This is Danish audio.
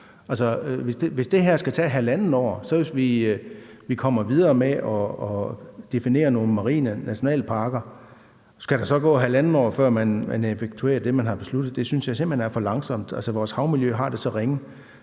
hvis dét her skal tage halvandet år, tænker jeg: Hvis vi så kommer videre med at definere nogle marine nationalparker, skal der så gå halvandet år, før man effektuerer det, man har besluttet? Det synes jeg simpelt hen er for langsomt. Altså, vores havmiljø har det så ringe.